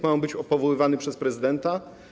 Ma on być powoływany przez prezydenta.